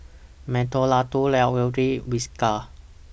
Mentholatum Whiskas